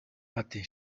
ati